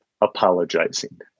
apologizing